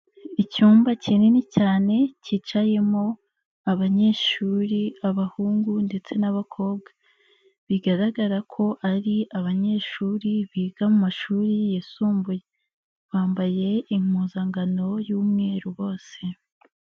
Icyumba kinini cyane cyicayemo abanyeshuri abahungu ndetse n'abakobwa bigaragara ko ari abanyeshuri biga mu mashuri yisumbuye, bambaye impuzankan y'umweru bose.